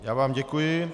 Já vám děkuji.